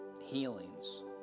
healings